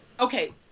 Okay